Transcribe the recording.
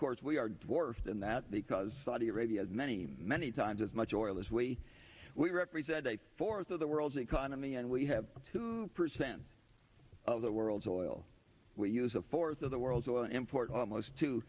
course we are worse than that because saudi arabia has many many times as much oil as we we represent a fourth of the world's economy and we have two percent of the world's oil we use of course of the world's oil import almost t